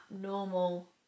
normal